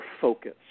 focus